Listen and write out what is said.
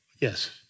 Yes